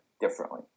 differently